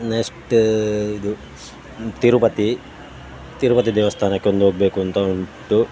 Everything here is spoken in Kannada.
ನೆಕ್ಷ್ಟೂ ಇದು ತಿರುಪತಿ ತಿರುಪತಿ ದೇವಸ್ಥಾನಕ್ಕೊಂದು ಹೋಗ್ಬೇಕು ಅಂತ ಉಂಟು